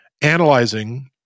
analyzing